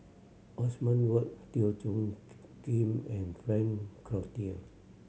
Othman Wok Teo Soon Kim and Frank Cloutier